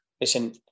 listen